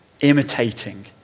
imitating